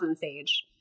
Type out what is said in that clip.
Sage